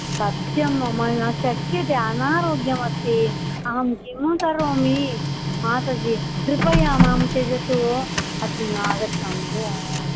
सत्यं मम न शक्यते अनारोग्यमस्ति अहं किं करोमि माताजि कृपया मां त्यजतु अद्य नागच्छामि भो